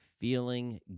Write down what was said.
feeling